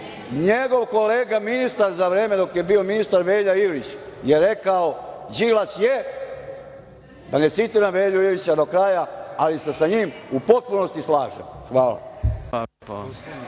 njegov kolega ministar, za vreme dok je bio ministar Velja Ilić je rekao: „Đilas je…“ Da ne citiram Velju Ilića do kraja, ali se sa njim u potpunosti slažem. Hvala.